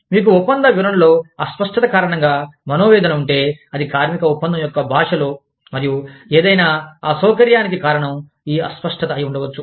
మీకు ఒప్పంద వివరణ లో అస్పష్టత కారణంగా మనోవేదన ఉంటే అది కార్మిక ఒప్పందం యొక్క భాషలో మరియు ఏదైనా అసౌకర్యానికి కారణం ఈ అస్పష్టత అయి ఉండవచ్చు